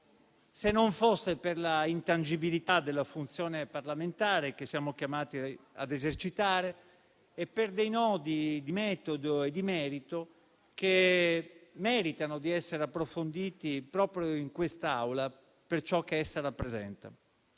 se non fosse per la intangibilità della funzione parlamentare che siamo chiamati ad esercitare e per alcuni nodi di metodo e di merito che meritano di essere approfonditi proprio in quest'Aula per ciò che essa rappresenta.